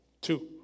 Two